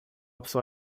pessoa